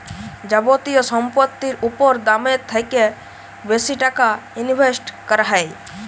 যাবতীয় সম্পত্তির উপর দামের থ্যাকে বেশি টাকা ইনভেস্ট ক্যরা হ্যয়